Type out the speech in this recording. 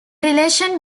relation